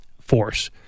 force